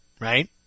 Right